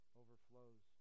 overflows